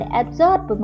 absorb